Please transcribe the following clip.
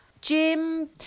Jim